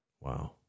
Wow